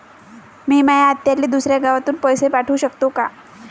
मी माया आत्याले दुसऱ्या गावातून पैसे पाठू शकतो का?